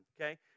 okay